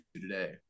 today